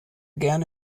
gerne